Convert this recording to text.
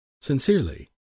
Sincerely